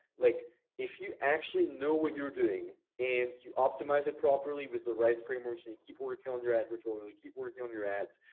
like if you actually know what you're doing, and you optimize it properly with the right frameworks, and you keep working on your advertorial and you keep working on your ads,